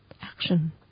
action